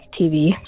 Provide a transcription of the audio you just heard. TV